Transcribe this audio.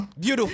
Beautiful